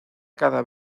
cada